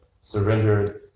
surrendered